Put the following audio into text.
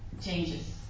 changes